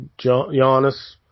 Giannis